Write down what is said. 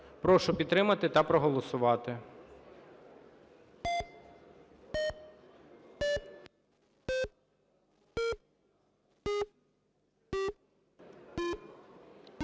Прошу підтримати та проголосувати.